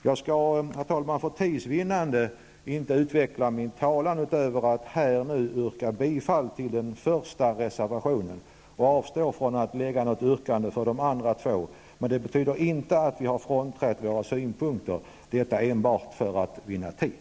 Jag skall, herr talman, för tids vinnande inte utveckla min talan utöver att här yrka bifall till den första reservationen. Jag avstår från att lägga något yrkande på de två andra reservationerna, men det betyder inte att vi frånträtt vår uppfattning. Det gör jag bara för att vinna tid.